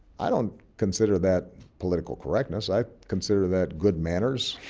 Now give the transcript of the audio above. i don't consider that political correctness. i consider that good manners,